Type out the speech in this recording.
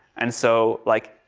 and so, like,